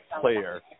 player